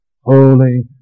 holy